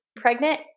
pregnant